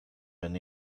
wenn